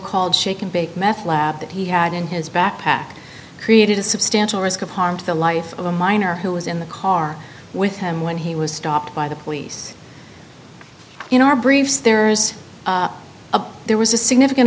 called shake and bake meth lab that he had in his backpack created a substantial risk of harm to the life of a minor who was in the car with him when he was stopped by the police in our briefs there's a there was a significant